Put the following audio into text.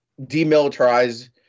demilitarized